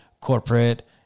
corporate